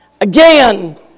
Again